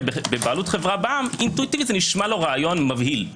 בבעלות חברה בע"מ אינטואיטיבית זה נשמע לו רעיון מבהיל.